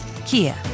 Kia